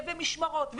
משמרות,